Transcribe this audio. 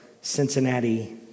Cincinnati